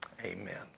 amen